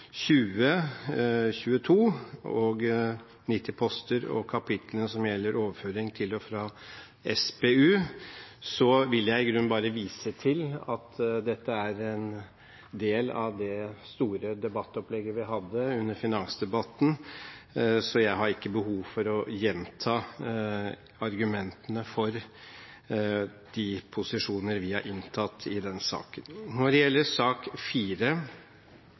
20, 22 og 90-poster og kapitlene som gjelder overføring til og fra Statens pensjonsfond utland, vil jeg i grunnen bare vise til at dette er en del av det store debattopplegget vi hadde under finansdebatten. Så jeg har ikke behov for å gjenta argumentene for de posisjoner vi har inntatt i den saken. Når det gjelder sak